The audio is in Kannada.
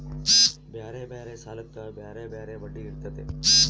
ಬ್ಯಾರೆ ಬ್ಯಾರೆ ಸಾಲಕ್ಕ ಬ್ಯಾರೆ ಬ್ಯಾರೆ ಬಡ್ಡಿ ಇರ್ತತೆ